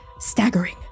staggering